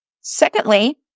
Secondly